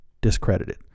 discredited